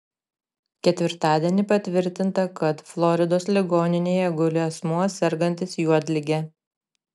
ketvirtadienį patvirtinta kad floridos ligoninėje guli asmuo sergantis juodlige